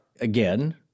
again